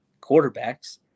quarterbacks